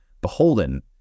beholden